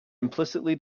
implicitly